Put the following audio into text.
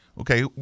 okay